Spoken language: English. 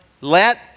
let